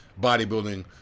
bodybuilding